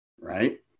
right